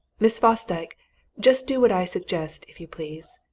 miss fosdyke just do what i suggest, if you please.